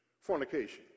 fornication